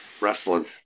Wrestling